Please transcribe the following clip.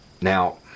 Now